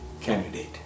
candidate